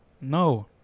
No